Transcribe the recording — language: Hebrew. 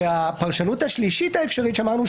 והפרשנות השלישית האפשרית שאמרנו,